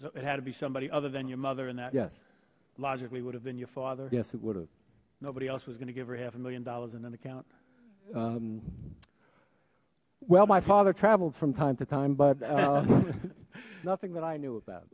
so it had to be somebody other than your mother and that yes logically would have been your father yes it would nobody else was going to give her half a million dollars in an account well my father traveled from time to time but nothing that i knew about